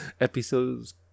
episodes